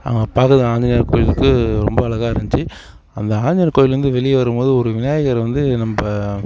பார்க்கறதுக்கு ஆஞ்சநேயர் கோயில் இருக்குது ரொம்ப அழகா இருந்துச்சி அந்த ஆஞ்சநேயர் கோயில்ல இருந்து வெளியே வரும் போது ஒரு விநாயகர் வந்து நம்ம